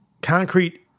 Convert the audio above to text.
concrete